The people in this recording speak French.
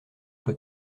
peu